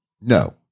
No